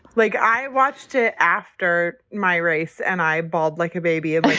like, i watched it after my race and i bawled like a baby. but